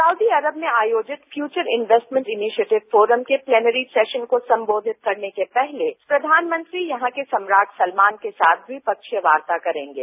Saudi Arab में आयोजित Future Investment Initiative forum के प्लेनरी सेशन को संबोधित करने के पहले प्रधानमंत्री यहां के सम्राट सलमान के साथ द्विपक्षीय वार्ता करेंगे